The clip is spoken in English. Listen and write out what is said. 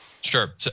Sure